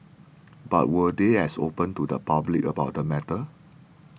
but were they as open to the public about the matter